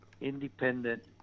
independent